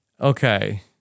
Okay